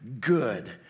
good